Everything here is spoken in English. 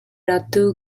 ratu